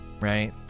right